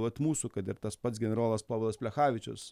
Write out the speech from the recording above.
vat mūsų kad ir tas pats generolas povilas plechavičius